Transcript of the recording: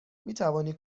میتوانی